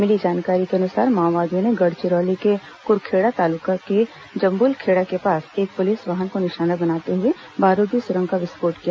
मिली जानकारी के अनुसार माओवादियों ने गढ़चिरौली के कुरखेड़ा तालुका के जम्बुलखेड़ा के पास एक पुलिस वाहन को निशाना बनाते हुए बारूदी सुरंग का विस्फोट किया